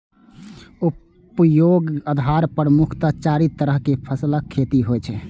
उपयोगक आधार पर मुख्यतः चारि तरहक फसलक खेती होइ छै